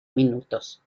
minutos